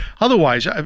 Otherwise